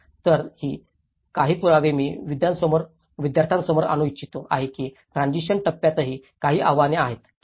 तर ही काही पुरावे मी विद्यार्थ्यांसमोर आणू इच्छित आहेत की ट्रान्सिशन टप्प्यातही काही आव्हाने आहेत ठीक आहे